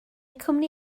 cwmni